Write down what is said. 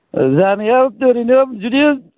जानाया ओरैनो जुदि